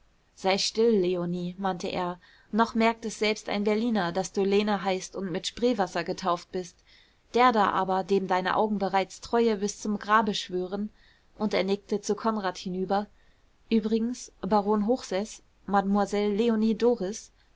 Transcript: sei still leonie mahnte er noch merkt es selbst ein berliner daß du lene heißt und mit spreewasser getauft bist der da aber dem deine augen bereits treue bis zum grabe schwören und er nickte zu konrad hinüber übrigens baron hochseß mademoiselle leonie doris